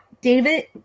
David